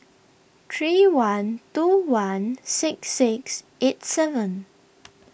three one two one six six eight seven